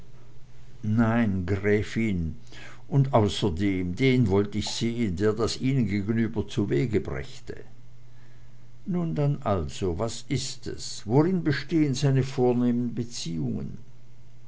nein gräfin und außerdem den wollt ich sehen der das ihnen gegenüber zuwege brächte nun dann also was ist es worin bestehen seine vornehmen beziehungen